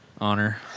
honor